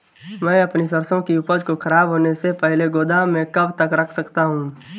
मैं अपनी सरसों की उपज को खराब होने से पहले गोदाम में कब तक रख सकता हूँ?